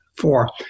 four